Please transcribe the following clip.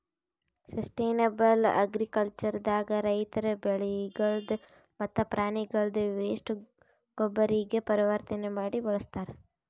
sustainable agriculture ದಾಗ ರೈತರ್ ಬೆಳಿಗಳ್ದ್ ಮತ್ತ್ ಪ್ರಾಣಿಗಳ್ದ್ ವೇಸ್ಟ್ ಗೊಬ್ಬರಾಗಿ ಪರಿವರ್ತನೆ ಮಾಡಿ ಬಳಸ್ತಾರ್